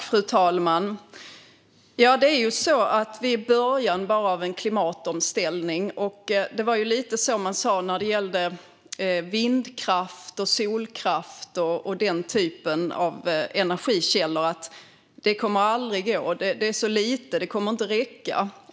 Fru talman! Vi är bara i början av en klimatomställning. Man sa ungefär så även när det gällde vind och solkraft och den typen av energikällor: Det kommer aldrig att gå; det är så lite; det kommer inte att räcka.